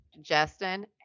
Justin